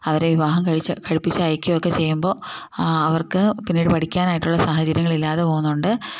അവരെ വിവാഹം കഴിച്ചു കഴിപ്പിച്ചു അയക്കുകയൊക്കെ ചെയ്യുമ്പോൾ അവർക്ക് പിന്നീട് പഠിക്കാനായിട്ടുള്ള സാഹചര്യങ്ങൾ ഇല്ലാതെ പോകുന്നുണ്ട്